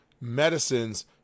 medicines